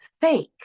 fake